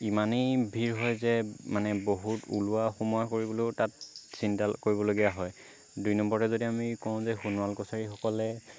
ইমানেই ভিৰ হয় যে মানে বহুত ওলোৱা সোমোৱা কৰিবলৈয়ো তাত চিন্তা কৰিবলগীয়া হয় দুই নম্বৰতে যদি আমি কওঁ যে সোণোৱাল কছাৰীসকলে